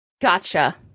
Gotcha